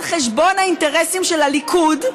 על חשבון האינטרסים של הליכוד,